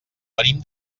venim